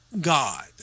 God